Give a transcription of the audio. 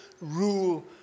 rule